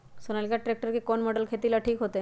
Sonalika tractor के कौन model खेती ला ठीक होतै?